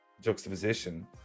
juxtaposition